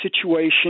situation